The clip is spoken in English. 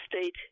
state